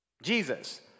Jesus